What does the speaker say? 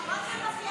אתם חבורה של בכיינים.